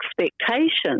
expectations